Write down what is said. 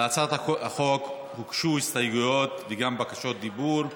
להצעת החוק הוגשו הסתייגויות וגם בקשות דיבור.